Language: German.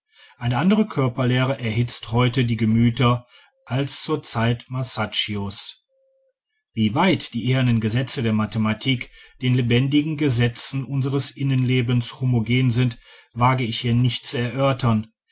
eine andere körperlehre erhitzt heute die gemüter als zur zeit masaccios wie weit die ehernen gesetze der mathematik den lebendigen gesetzen unseres innenlebens homogen sind wage ich hier nicht zu erörtern